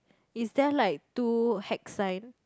is there like two hack sign